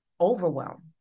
overwhelm